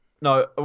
No